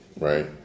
right